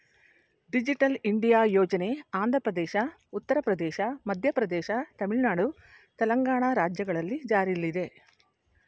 digital India ಯೋಜನೆ ಆಂಧ್ರಪ್ರದೇಶ, ಉತ್ತರ ಪ್ರದೇಶ, ಮಧ್ಯಪ್ರದೇಶ, ತಮಿಳುನಾಡು, ತೆಲಂಗಾಣ ರಾಜ್ಯಗಳಲ್ಲಿ ಜಾರಿಲ್ಲಿದೆ